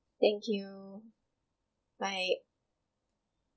thank you bye